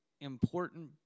important